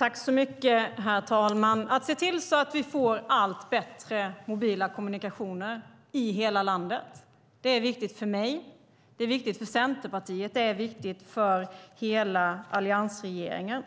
Herr talman! Att se till att vi får allt bättre mobila kommunikationer i hela landet är viktigt för mig, viktigt för Centerpartiet och viktigt för hela alliansregeringen.